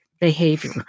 behavior